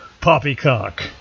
Poppycock